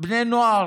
בני נוער,